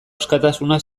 askatasuna